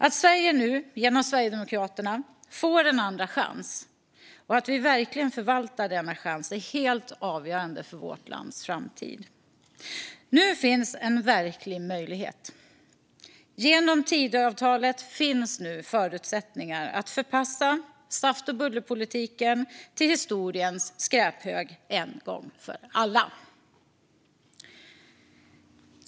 Att Sverige nu genom Sverigedemokraterna får en andra chans och att vi verkligen förvaltar denna chans är helt avgörande för vårt lands framtid. Nu finns en verklig möjlighet. Genom Tidöavtalet finns det nu förutsättningar att förpassa saft-och-bulle-politiken till historiens skräphög en gång för alla.